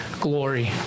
glory